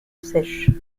sèches